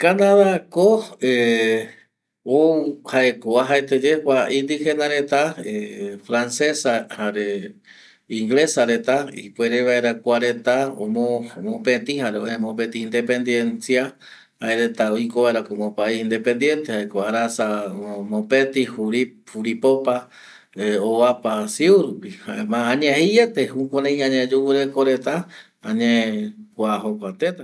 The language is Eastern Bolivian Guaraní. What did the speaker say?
Canada ˂hesitation˃ jaeko ou uajaete ye kua indigena reta ˂hesitation˃ francese jare inglese reta ipuere vaera kua mopeti dependencia mopeti jaereta ipuere vaera como pais independientes